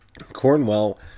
Cornwell